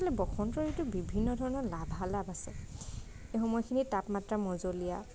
আচলতে বসন্ত ঋতুৰ বিভিন্ন ধৰণৰ লাভালাভ আছে এই সময়খিনিত তাপমাত্ৰা মজলীয়া